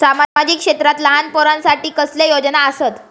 सामाजिक क्षेत्रांत लहान पोरानसाठी कसले योजना आसत?